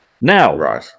Now